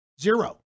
zero